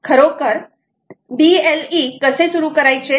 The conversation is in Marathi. खरोखर BLE कसे सुरु करायचे